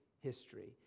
history